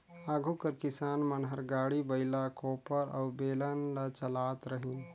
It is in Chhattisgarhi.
आघु कर किसान मन हर गाड़ी, बइला, कोपर अउ बेलन ल चलात रहिन